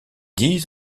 dix